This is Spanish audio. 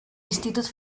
institute